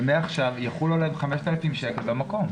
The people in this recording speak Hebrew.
ומעכשיו יוטל עליהם קנס של 5,000 שקל במקום.